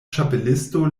ĉapelisto